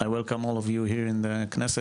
(תרגום חופשי מהשפה אנגלית): אני מברך אתכם על הגעתכם לכנסת.